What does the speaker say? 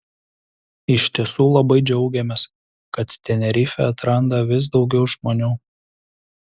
iš tiesų labai džiaugiamės kad tenerifę atranda vis daugiau žmonių